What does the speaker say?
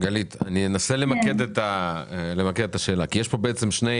אני אנסה למקד את השאלה גלית כי יש כאן בעצם שני